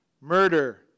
Murder